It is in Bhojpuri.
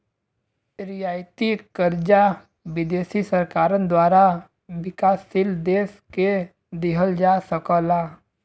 रियायती कर्जा विदेशी सरकारन द्वारा विकासशील देश के दिहल जा सकला